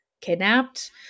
kidnapped